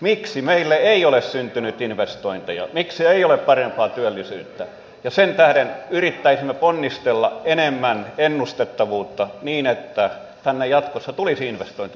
miksi meille ei ole syntynyt investointeja miksi ei ole parempaa työllisyyttä ja sen tähden yrittäisimme ponnistella että olisi enemmän ennustettavuutta niin että tänne jatkossa tulisi investointeja ja parempaa työllisyyttä